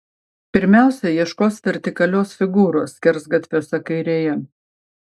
pirmiausia ieškos vertikalios figūros skersgatviuose kairėje